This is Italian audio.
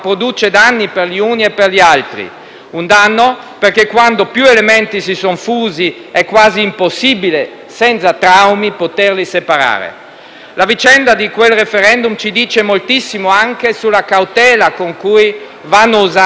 un danno perché quando più elementi si sono fusi è quasi impossibile poterli separare senza traumi. La vicenda di quel *referendum* dice moltissimo sulla cautela con cui vanno usati gli strumenti di democrazia diretta.